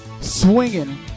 swinging